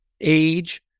age